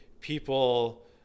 people